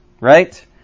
right